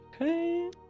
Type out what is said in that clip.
Okay